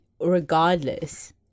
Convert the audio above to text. regardless